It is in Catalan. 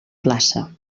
plaça